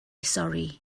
sorry